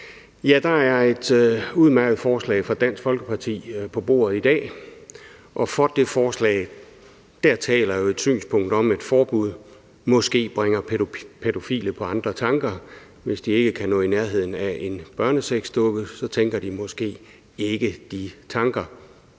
Der er et udmærket forslag fra Dansk Folkeparti på bordet i dag. For det forslag taler jo et synspunkt om, at forbud måske bringer pædofile på andre tanker. Hvis de ikke kan nå i nærheden af en børnesexdukke, tænker de måske ikke de tanker.